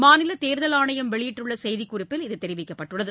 மாநில தேர்தல் ஆணையம் வெளியிட்டுள்ள செய்திக்குறிப்பில் இது தெரிவிக்கப்பட்டுள்ளது